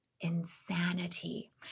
insanity